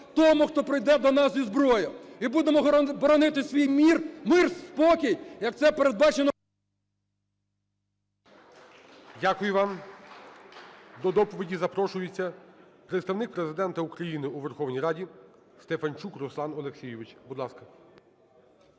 тому, хто прийде до нас із зброєю! І будемо боронити свій мир, спокій, як це передбачено… ГОЛОВУЮЧИЙ. Дякую вам. До доповіді запрошується Представник Президента України у Верховній РадіСтефанчук Руслан Олексійович. Будь ласка.